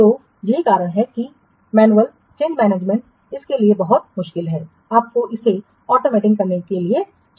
तो यही कारण है कि मैनुअल चेंज मैनेजमेंट इसके लिए बहुत मुश्किल है आपको इसे ऑटोमेटिंग करने के लिए जाना होगा